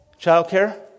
Childcare